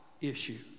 issue